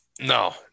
No